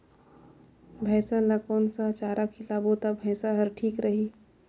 भैसा ला कोन सा चारा खिलाबो ता भैंसा हर ठीक रही?